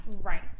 Right